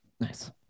Nice